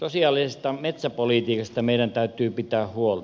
sosiaalisesta metsäpolitiikasta meidän täytyy pitää huolta